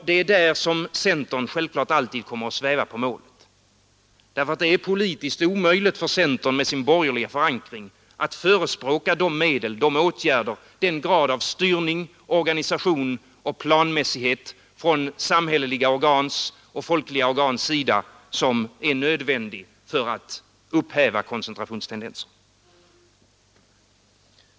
Det är där som centern självklart alltid kommer att sväva på målet, därför att det är politiskt omöjligt för centern med sin borgerliga förankring att förespråka de medel, de åtgärder, den grad av styrning, organisation och planmässighet från samhälleliga organs och folkliga organs sida som är nödigt för att upphäva koncentrationstendenserna.